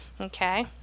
okay